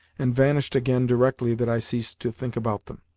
and vanished again directly that i ceased to think about them.